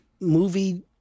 movie